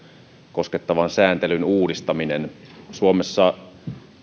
koskettavan sääntelyn uudistaminen suomessa